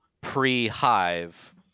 pre-hive